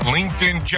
LinkedIn